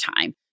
time